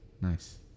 Nice